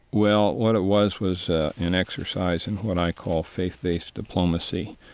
well, what it was was an exercise in what i call faith-based diplomacy.